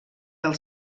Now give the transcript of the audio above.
del